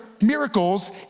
miracles